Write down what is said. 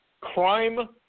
crime